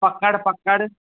पकड़ु पकड़ु